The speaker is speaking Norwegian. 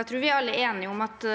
Jeg tror vi alle er enige om at